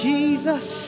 Jesus